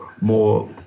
more